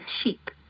sheep